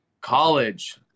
College